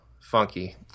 funky